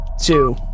two